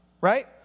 Right